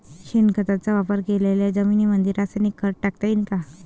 शेणखताचा वापर केलेल्या जमीनीमंदी रासायनिक खत टाकता येईन का?